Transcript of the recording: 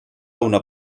una